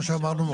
כמו שאמרנו,